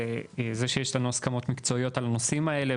שזה שיש לנו הסכמות מקצועיות על הנושאים האלה,